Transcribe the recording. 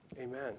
Amen